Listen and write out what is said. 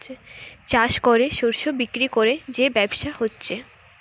চাষ কোরে শস্য বিক্রি কোরে যে ব্যবসা হচ্ছে